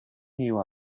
new